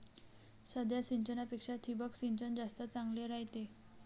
साध्या सिंचनापेक्षा ठिबक सिंचन जास्त चांगले रायते